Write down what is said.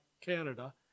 Canada